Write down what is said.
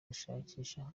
gushakisha